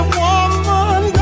woman